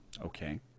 Okay